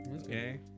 Okay